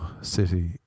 city